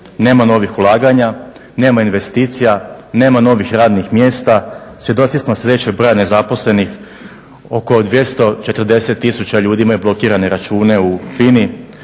Nema novih ulaganja, nema investicija, nema novih radnih mjesta, svjedoci smo sve većeg broja nezaposlenih oko 240 tisuća ljudi imaju blokirane račune u FINA-i,